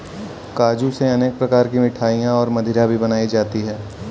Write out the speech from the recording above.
काजू से अनेक प्रकार की मिठाईयाँ और मदिरा भी बनाई जाती है